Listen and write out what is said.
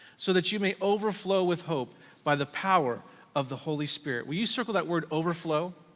so that you may overflow with hope by the power of the holy spirit. will you circle that word, overflow?